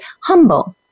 humble